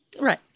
Right